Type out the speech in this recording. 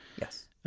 Yes